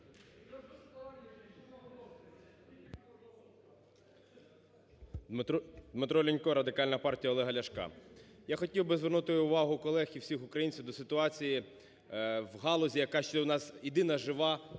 Дмитро Лінько, Радикальна партія Олега Ляшка. Я хотів би звернути увагу колег і всіх українців до ситуації в галузі, яка ще у нас єдина жива